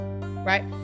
right